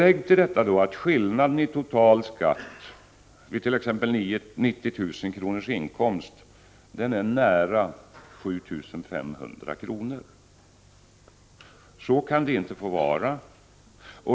Lägg därtill att skillnaden i total skatt vid en inkomst på t.ex. 90 000 kr. är nära nog 7 500 kr. Så kan det inte få vara.